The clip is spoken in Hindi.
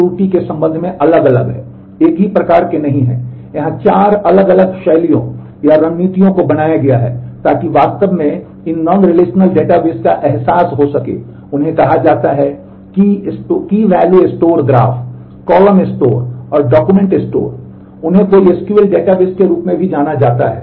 उन्हें कोई SQL डेटाबेस के रूप में भी जाना जाता है